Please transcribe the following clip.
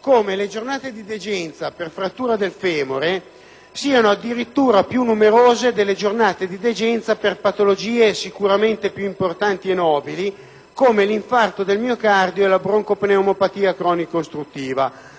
come le giornate di degenza per frattura del femore siano addirittura più numerose delle giornate di degenza per patologie sicuramente più importanti e nobili come l'infarto del miocardico e la broncopneumopatia cronica ostruttiva.